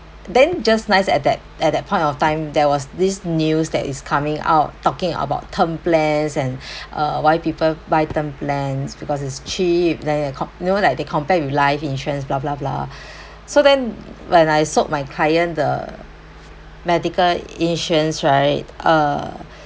then just nice at that at that point of time there was this news that is coming out talking about term plans and uh why people buy term plans because it's cheap then you com~ you know like they compare with life insurance blah blah blah so then when I sold my client the medical insurance right uh